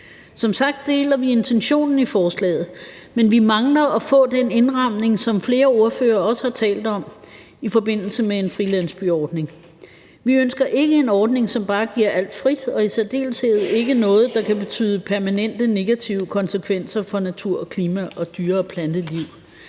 Som sagt deler vi intentionen i forslaget, man vi mangler at få den indramning, som flere ordførere også har talt om, i forbindelse med en frilandsbyordning. Vi ønsker ikke en ordning, som bare giver alt fri, og i særdeleshed ikke noget, der kan have permanente negative konsekvenser for natur og klima og dyre- og planteliv.